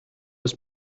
was